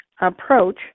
approach